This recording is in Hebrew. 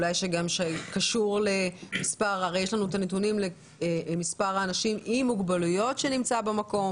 כי הרי יש לנו את מספר האנשים עם מוגבלויות שנמצא במקום.